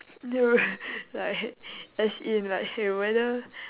then will like as in like hey whether